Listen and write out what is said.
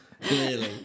Clearly